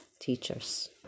teachers